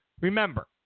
Remember